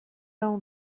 اون